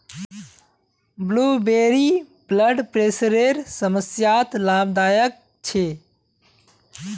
blueberry blood प्रेशरेर समस्यात लाभदायक छे